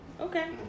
Okay